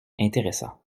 intéressants